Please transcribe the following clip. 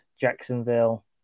Jacksonville